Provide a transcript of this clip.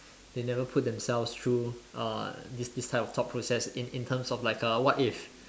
they never put themselves through uh this this type of thought process in in terms of like a what if